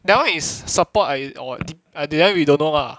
that one is support I or dip that one we don't know lah